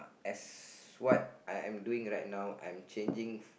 as what I am doing right now I am changing